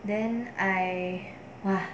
then I !wah!